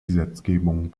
gesetzgebung